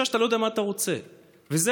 אני לא אומר חלילה שאתה צריך להפסיד